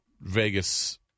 Vegas